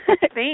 Thanks